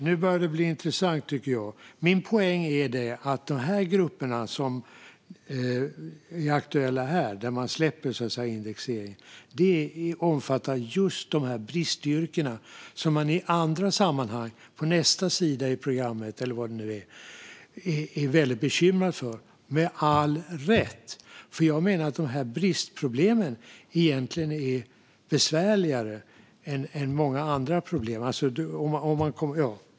Fru talman! Nu tycker jag att det börjar bli intressant. Min poäng är att de grupper som är aktuella här, där man så att säga släpper indexeringen, omfattar just de bristyrken som man i andra sammanhang, på nästa sida i programmet eller vad det nu är, med all rätt är väldigt bekymrad över. Jag menar nämligen att dessa bristproblem egentligen är besvärligare än många andra problem.